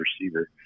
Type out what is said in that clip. receiver